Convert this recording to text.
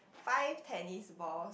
five tennis balls